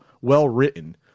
well-written